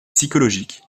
psychologique